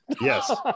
Yes